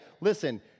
listen